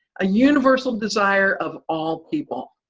a universal desire of all people.